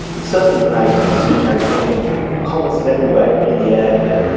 but certainly when i was in the souk i was thinking commerce is everywhere in the air here,